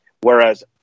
Whereas